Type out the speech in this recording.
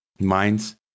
minds